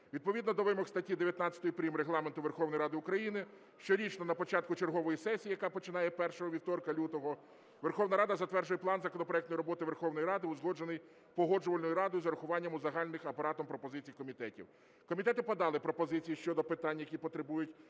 Відповідно до вимог статті 19 прим. Регламенту Верховної Ради України щорічно на початку чергової сесії, яка починається першого вівторка лютого, Верховна Рада затверджує план законопроектної роботи Верховної Ради, узгоджений Погоджувальною радою, з урахуванням узагальнених Апаратом пропозицій комітетів. Комітети подали пропозиції щодо питань, які потребують